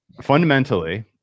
fundamentally